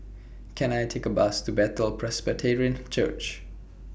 Can I Take A Bus to Bethel Presbyterian Church